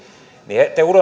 niin te